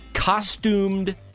costumed